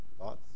thoughts